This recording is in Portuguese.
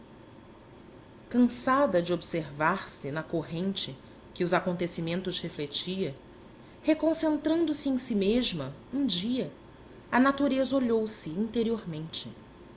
cansada de observar se na corrente que os acontecimentos refletia reconcentrando se em si mesma um dia a natureza olhou se interiormente